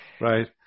Right